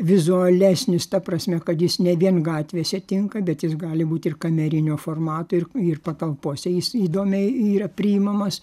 vizualesnis ta prasme kad jis ne vien gatvėse tinka bet jis gali būt ir kamerinio formato ir ir patalpose jis įdomiai yra priimamas